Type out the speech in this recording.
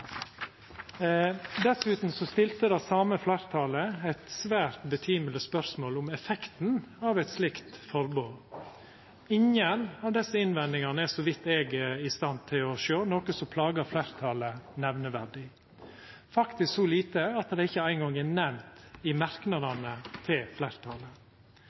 stilte det same fleirtalet eit svært rimeleg spørsmål om effekten av eit slikt forbod. Ingen av desse innvendingane er – så vidt eg er i stand til å sjå – noko som plagar fleirtalet nemneverdig, faktisk så lite at det ikkje eingong er nemnt i merknadene til fleirtalet.